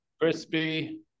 Crispy